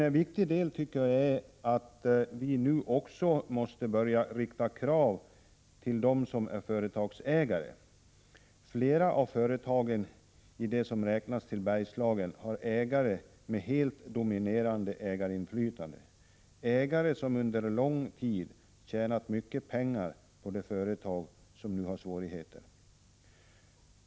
En viktig del är att vi nu också börjar rikta krav till dem som är ägare. Flera av företagen i det som räknas till Bergslagen har ägare med helt dominerande ägarinflytande, ägare som under lång tid tjänat mycket pengar på de företag som nu har svårigheter.